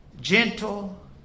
gentle